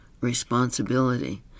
responsibility